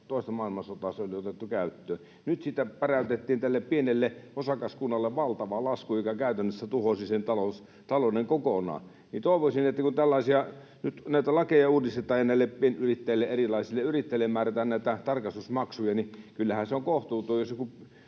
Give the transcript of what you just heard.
toista maailmansotaa se oli otettu käyttöön. Nyt siitä päräytettiin tälle pienelle osakaskunnalle valtava lasku, joka käytännössä tuhosi sen talouden kokonaan. Kun nyt näitä lakeja uudistetaan ja erilaisille pienyrittäjille määrätään näitä tarkastusmaksuja, niin kyllähän se on kohtuutonta,